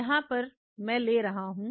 यहां पर मैं ले रहा हूं